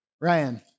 Ryan